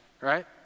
right